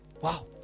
Wow